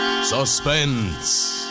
Suspense